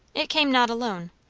it came not alone.